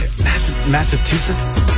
Massachusetts